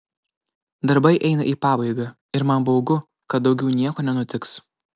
darbai eina į pabaigą ir man baugu kad daugiau nieko nenutiks